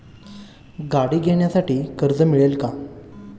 गाडी घेण्यासाठी कर्ज मिळेल का?